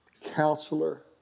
Counselor